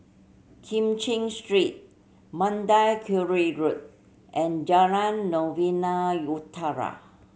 Kim Cheng Street Mandai Quarry Road and Jalan Novena Utara